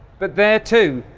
but there too,